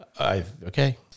Okay